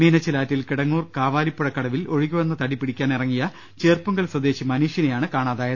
മീനച്ചിലാറ്റിൽ കിടങ്ങൂർ കാവാലിപ്പുഴക്കടവിൽ ഒഴുകിവന്ന തടി പിടി ക്കാനിറങ്ങിയ ചേർപ്പുങ്കൽ സ്വദേശി മനീഷിനെ കാണാതായി